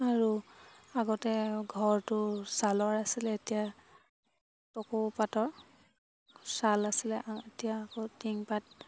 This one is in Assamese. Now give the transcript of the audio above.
আৰু আগতে ঘৰটো ছালৰ আছিলে এতিয়া টকৌ পাতৰ ছাল আছিলে এতিয়া আকৌ টিংপাত